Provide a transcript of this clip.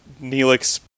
Neelix